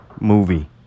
movie